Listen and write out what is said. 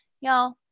y'all